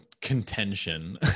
contention